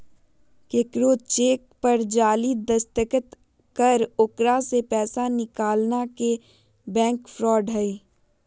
केकरो चेक पर जाली दस्तखत कर ओकरा से पैसा निकालना के बैंक फ्रॉड हई